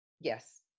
yes